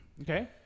Okay